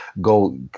go